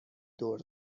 دور